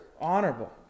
honorable